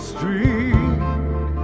Street